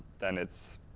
then it's